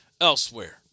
elsewhere